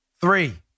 Three